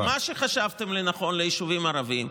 אז מה שחשבתם לנכון ליישובים ערביים,